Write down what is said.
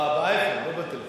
אה, באייפון, לא בטלפון.